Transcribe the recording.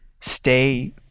stay